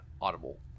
Audible